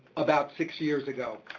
about six years ago.